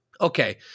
Okay